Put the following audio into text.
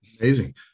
Amazing